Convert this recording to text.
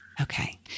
Okay